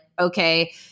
okay